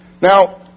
Now